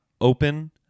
open